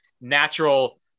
natural